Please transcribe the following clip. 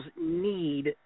need